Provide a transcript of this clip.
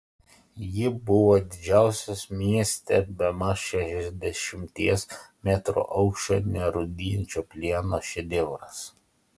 ji buvo didžiausias mieste bemaž šešiasdešimties metrų aukščio nerūdijančio plieno šedevras